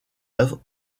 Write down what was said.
œuvres